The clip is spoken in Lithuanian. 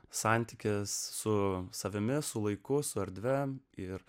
santykis su savimi su laiku su erdve ir